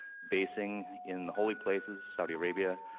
basing in the holy places, saudi arabia,